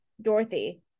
Dorothy